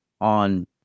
on